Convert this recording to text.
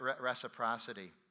reciprocity